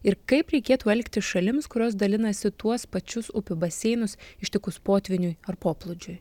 ir kaip reikėtų elgtis šalims kurios dalinasi tuos pačius upių baseinus ištikus potvyniui ar poplūdžiai